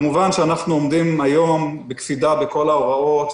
כמובן שאנחנו עומדים היום בקפידה בכל ההוראות,